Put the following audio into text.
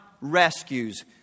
Rescues